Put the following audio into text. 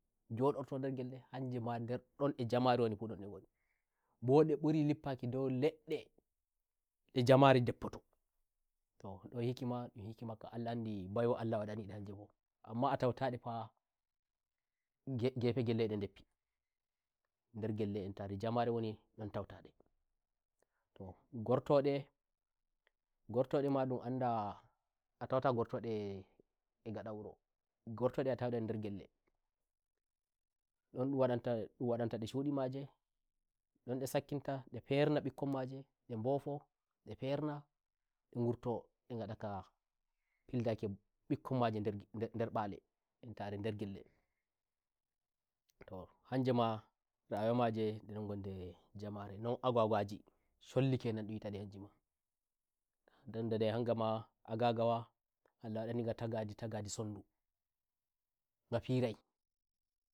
njodorto nder gellehanjima nder ndon a mare wonifu ndon nde gonibo nde mburi jippaki dou ledde nde jamare ndeppototoh ndun hikimandun hikima ka allah andi ardi baiwa ka allah wadini ndi hanje boamma a tautande fan gefe ngelle a nde ndeppinder ngelle entare a jamare woni ndon tautandetoh gortonde ma ndun anda a tawata gortode a shaka wuro gortonde a tawai nde a nder gelle ndon ndun wadan ta nde shundi majendon nde sakkinta mde perna mbimbe maje nde mbofa nde perna nde gurto nde ngada ga fildaki a mbikkon maje nder mbale mbale entare nder gelletoh hanjema rayuwa maje nder jamarenon agwagwaje sholli kenan ndun wi'ata nde kenan hanjemanda nda nde hanjima agwagwa allah wadani nniga tagadi sondu nga firai